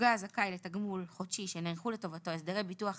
נפגע הזכאי לתגמול חודשי שנערכו לטובתו הסדרי ביטוח חיים,